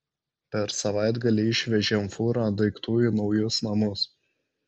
per savaitgalį išvežėm fūrą daiktų į naujus namus